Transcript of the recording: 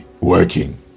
working